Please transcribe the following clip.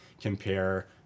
compare